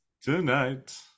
tonight